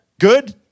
Good